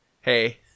hey